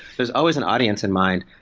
there's always an audience in mind.